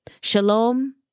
Shalom